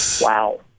wow